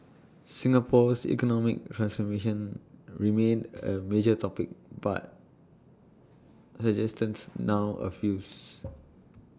Singapore's economic transformation remained A major topic but suggestions now A focused